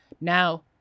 Now